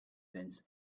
tens